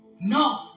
No